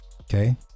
Okay